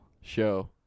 Show